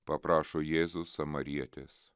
paprašo jėzus samarietės